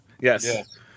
Yes